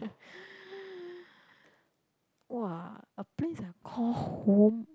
!wah! a place I call home